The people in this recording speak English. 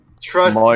Trust